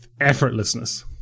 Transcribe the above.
Effortlessness